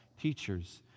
teachers